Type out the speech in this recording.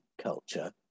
culture